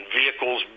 vehicles